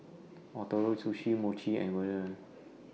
Ootoro Sushi Mochi and